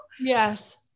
Yes